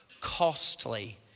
costly